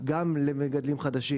גם למגדלים חדשים